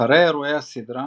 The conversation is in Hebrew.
אחרי אירועי הסדרה